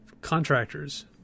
contractors